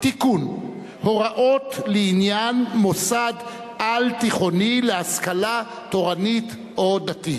הוראות לעניין מוסד על-תיכוני להשכלה תורנית או דתית).